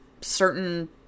certain